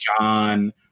John